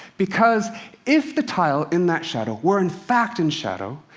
because if the tile in that shadow were in fact in shadow,